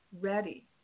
ready